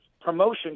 promotion